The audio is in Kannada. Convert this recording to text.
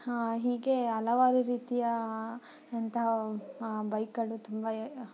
ಹೀಗೆ ಹಲವಾರು ರೀತಿಯ ಅಂತಹ ಬೈಕ್ಗಳು ತುಂಬ